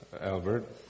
Albert